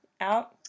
out